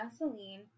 Vaseline